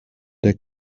der